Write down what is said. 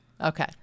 Okay